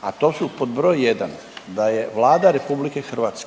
a to su pod br. 1. da je Vlada RH